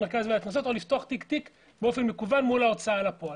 המרכז לגביית קנסות או לפתוח תיק-תיק באופן מקוון מול ההוצאה לפועל.